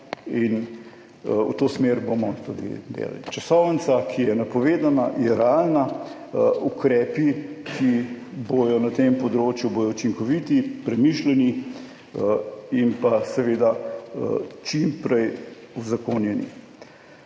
in v to smer bomo tudi delali. Časovnica, ki je napovedana, je realna, ukrepi, ki bodo na tem področju, bodo učinkoviti, premišljeni in pa seveda, čim prej uzakonjeni.